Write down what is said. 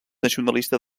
nacionalista